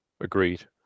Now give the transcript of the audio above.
agreed